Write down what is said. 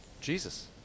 Jesus